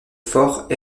forts